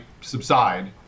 subside